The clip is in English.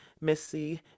missy